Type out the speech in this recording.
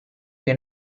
che